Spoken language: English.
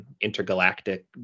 intergalactic